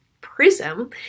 prism